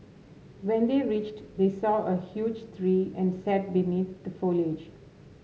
when they reached they saw a huge tree and sat beneath the foliage